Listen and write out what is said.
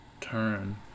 turn